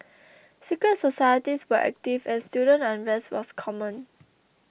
secret societies were active and student unrest was common